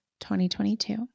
2022